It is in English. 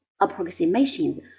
approximations